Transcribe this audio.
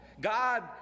God